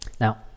Now